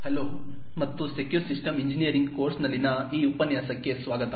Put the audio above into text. hello ಮತ್ತು secure systems engineering ಕೋರ್ಸ್ನಲ್ಲಿನ ಈ ಉಪನ್ಯಾಸಕ್ಕೆ ಸ್ವಾಗತ